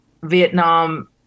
Vietnam